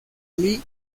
lee